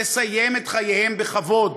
לסיים את חייהם בכבוד.